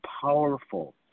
powerful